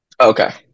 Okay